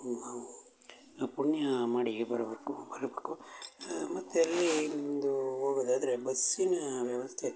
ನಾವು ಪುಣ್ಯಾ ಮಾಡಿ ಬರಬೇಕು ಬರಬೇಕು ಮತ್ತು ಅಲ್ಲೀ ಬಂದು ಹೋಗೋದಾದ್ರೆ ಬಸ್ಸಿನ ವ್ಯವಸ್ಥೆ